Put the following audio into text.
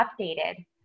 updated